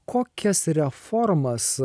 kokias reformas